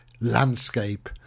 landscape